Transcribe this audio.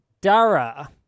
Dara